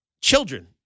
children